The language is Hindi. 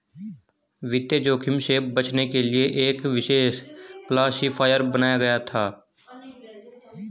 वित्तीय जोखिम से बचने के लिए एक विशेष क्लासिफ़ायर बनाया गया था